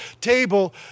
table